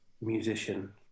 musician